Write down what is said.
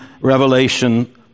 Revelation